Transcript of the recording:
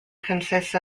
consists